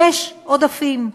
יש עודפים,